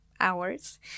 hours